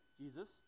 Jesus